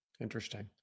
Interesting